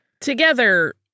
Together